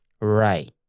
Right